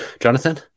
Jonathan